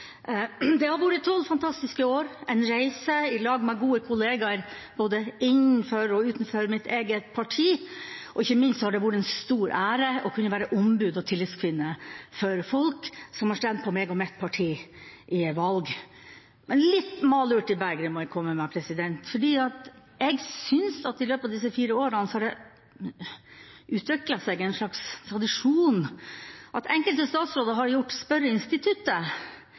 Det har vært tolv fantastiske år, en reise i lag med gode kollegaer både innenfor og utenfor mitt eget parti, og ikke minst har det vært en stor ære å kunne være ombud og tillitskvinne for folk som har stemt på meg og mitt parti i valg. Men litt malurt i begeret må jeg komme med, for jeg syns at det i løpet av disse fire årene har utviklet seg en slags tradisjon for at enkelte statsråder har gjort spørreinstituttet